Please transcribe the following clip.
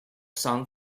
song